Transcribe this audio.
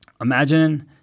imagine